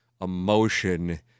emotion